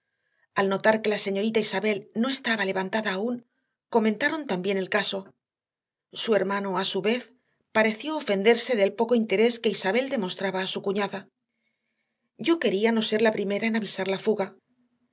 que la señorita isabel no estaba levantada aún comentaron también el caso su hermano a su vez pareció ofenderse del poco interés que isabel demostraba a su cuñada yo quería no ser la primera en avisar la fuga